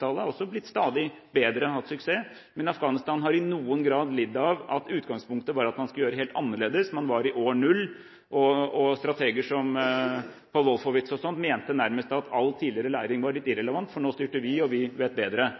har også blitt stadig bedre, hatt suksess, men Afghanistan har i noen grad lidd under at utgangspunktet var at man skulle gjøre det helt annerledes. Man var i år 0, og strateger som f.eks. Paul Wolfowitz mente nærmest at all tidligere læring var litt irrelevant, for nå styrte vi, og vi vet bedre.